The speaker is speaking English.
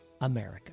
America